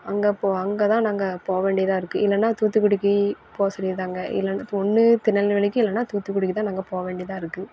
அங்கே போக அங்கே தான் நாங்கள் போகவேண்டியதா இருக்குது இல்லைன்னா தூத்துக்குடிக்கு போக சொல்லிடுதாங்க இல்லைன்னா ஒன்று திருநெல்வேலிக்கு இல்லைன்னா தூத்துக்குடிக்கு தான் நாங்கள் போக வேண்டியதாக இருக்குது